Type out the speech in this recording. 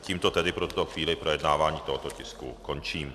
Tímto tedy pro tuto chvíli projednávání tohoto tisku končím.